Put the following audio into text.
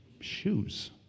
shoes